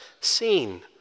seen